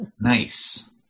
nice